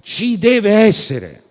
ci deve essere.